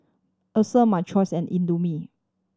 Acer My Choice and Indomie